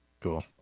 Cool